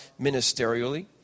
ministerially